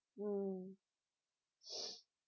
mm